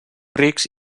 rics